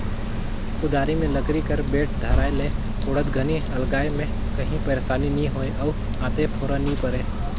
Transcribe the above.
कुदारी मे लकरी कर बेठ धराए ले कोड़त घनी अलगाए मे काही पइरसानी नी होए अउ हाथे फोरा नी परे